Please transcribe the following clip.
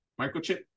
microchip